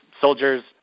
soldiers